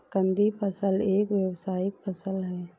कंदीय फसल एक व्यावसायिक फसल है